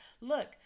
look